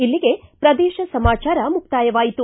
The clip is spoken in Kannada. ಇಲ್ಲಿಗೆ ಪ್ರದೇಶ ಸಮಾಚಾರ ಮುಕ್ತಾಯವಾಯಿತು